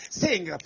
sing